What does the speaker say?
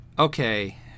Okay